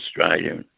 Australia